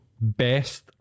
best